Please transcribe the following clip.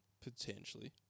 potentially